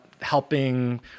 helping